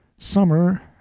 summer